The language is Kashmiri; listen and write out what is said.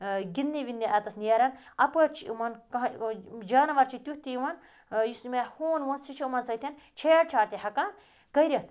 گِندنہِ وِندِنہِ اَتَس نیران اَپٲر چھِ یِمَن کانٛہہ جانوَر چھُ تِیُتھ تہِ یِوان یُس یِم ہوٗن ووٗن سُہ چھُ یِمَن سۭتۍ چھیڑچھاڑ تہِ ہیٚکان کٔرِتھ